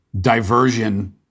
diversion